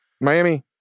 Miami